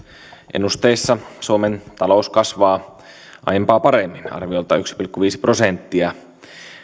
ennusteissa suomen talous kasvaa aiempaa paremmin arviolta yksi pilkku viisi prosenttia